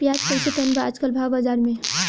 प्याज कइसे टन बा आज कल भाव बाज़ार मे?